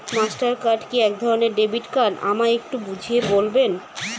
Master card কি একধরণের debit card আমায় একটু বুঝিয়ে বলবেন?